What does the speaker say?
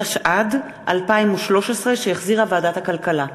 התשע"ד 2013, שהחזירה ועדת הכלכלה.